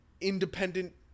independent